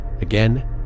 Again